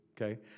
okay